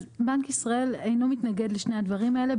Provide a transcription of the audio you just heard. אז בנק ישראל אינו מתנגד לשני הדברים האלה.